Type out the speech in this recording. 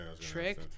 Trick